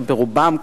שהם ברובם,